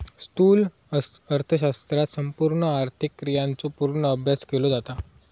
स्थूल अर्थशास्त्रात संपूर्ण आर्थिक क्रियांचो पूर्ण अभ्यास केलो जाता